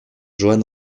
johann